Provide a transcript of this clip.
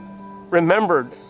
remembered